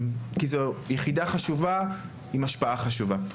כי זו יחידה חשובה עם השפעה חשובה.